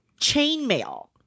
Chainmail